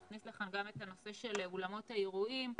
נכניס לכאן גם את הנושא של אולמות האירועים וכו'.